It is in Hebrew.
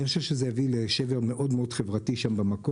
אני חושב שזה יביא לשבר חברתי במקום.